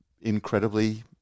incredibly